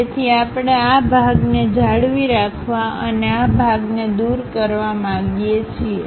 તેથી આપણે આ ભાગને જાળવી રાખવા અને આ ભાગને દૂર કરવા માગીએ છીએ